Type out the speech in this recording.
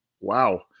wow